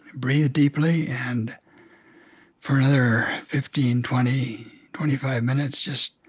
breathe deeply and for another fifteen, twenty, twenty five minutes, just